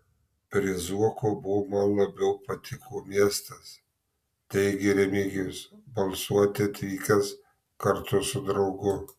prie zuoko man labiau patiko miestas teigė remigijus balsuoti atvykęs kartu su draugu